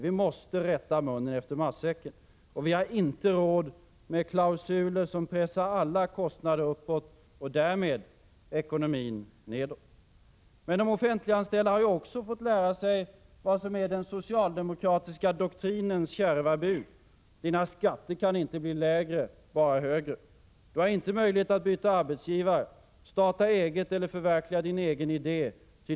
Vi måste rätta munnen efter matsäcken. Vi har inte råd med klausuler som pressar alla kostnader uppåt och därmed ekonomin nedåt. Men de offentliganställda har ju också fått lära sig vad som är den socialdemokratiska doktrinens kärva bud: Dina skatter kan inte bli lägre, bara högre. Du har inte möjlighet att byta arbetsgivare, starta eget eller förverkliga din egen idé.